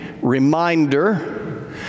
reminder